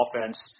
offense